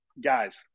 Guys